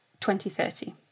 2030